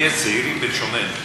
נהיה זהירים בלשוננו.